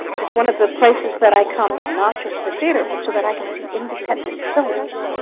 is one of the places that i come, not just for theatre, but so that i can see independent films